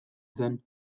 zen